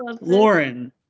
Lauren